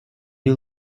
you